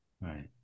Right